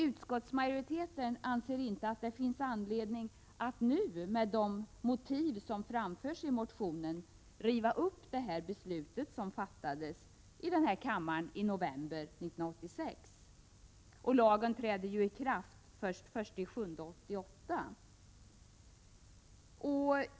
Utskottsmajoriteten anser inte att det på grund av de motiv som framförs i motionen finns anledning att riva upp det beslut som fattades i kammaren i november 1986. Lagen träder ju i kraft först den 1 juli 1988.